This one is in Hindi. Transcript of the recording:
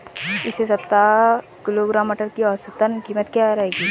इस सप्ताह एक किलोग्राम मटर की औसतन कीमत क्या रहेगी?